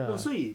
no 所以